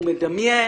הוא מדמיין,